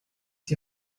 die